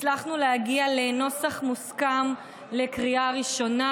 הצלחנו להגיע לנוסח מוסכם לקריאה ראשונה.